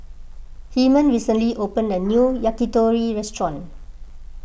Hyman recently opened a new Yakitori restaurant